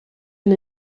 and